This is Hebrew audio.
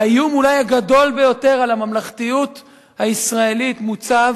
האיום אולי הגדול ביותר על הממלכתיות הישראלית מוצב,